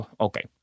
Okay